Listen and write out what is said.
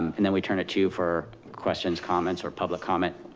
and then we turn it to you for questions, comments, or public comment.